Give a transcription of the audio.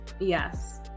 Yes